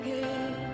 again